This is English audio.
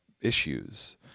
issues